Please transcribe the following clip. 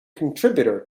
contributor